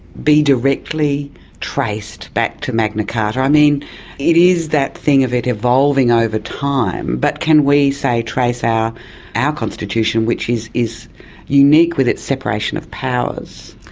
be directly traced back to magna carta? it is that thing of it evolving over time, but can we, say, trace our our constitution which is is unique with its separation of powers?